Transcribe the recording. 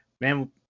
man